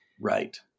right